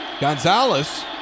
Gonzalez